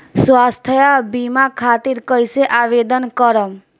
स्वास्थ्य बीमा खातिर कईसे आवेदन करम?